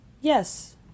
Yes